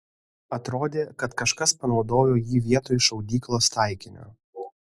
atrodė kad kažkas panaudojo jį vietoj šaudyklos taikinio